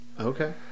Okay